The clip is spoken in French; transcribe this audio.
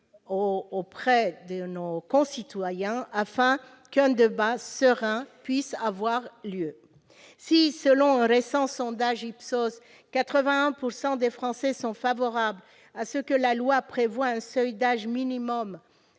auprès de nos concitoyens afin qu'un débat serein puisse avoir lieu. Si, selon un récent sondage IPSOS, 81 % des Français sont favorables à ce que la loi prévoie un seuil d'âge minimum